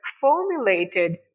formulated